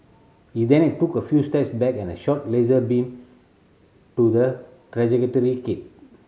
he then and took a few steps back and shot laser beam to the trajectory kit